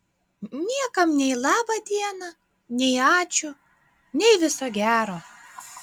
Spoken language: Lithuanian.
niekam nei laba diena nei ačiū nei viso gero